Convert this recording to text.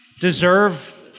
deserve